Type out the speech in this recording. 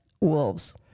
wolves